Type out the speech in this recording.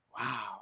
Wow